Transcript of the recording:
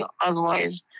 otherwise